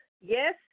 Yes